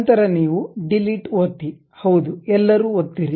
ನಂತರ ನೀವು ಡಿಲೀಟ್ ಒತ್ತಿ ಹೌದು ಎಲ್ಲರೂ ಒತ್ತಿರಿ